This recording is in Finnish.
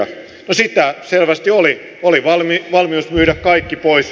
no sitä selvästi oli oli valmius myydä kaikki pois